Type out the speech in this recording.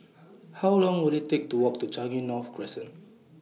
How Long Will IT Take to Walk to Changi North Crescent